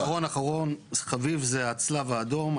לצערנו אילת היא עיר שכבר חוותה רעידת אדמה קשה.